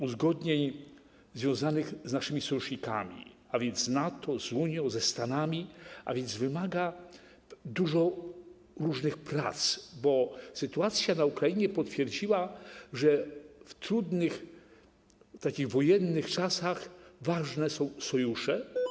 Uzgodnień związanych z naszymi sojusznikami, a więc z NATO, z Unią, ze Stanami, a więc wymaga dużo różnych prac, bo sytuacja na Ukrainie potwierdziła, że w trudnych, takich wojennych czasach ważne są sojusze.